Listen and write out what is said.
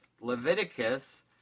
Leviticus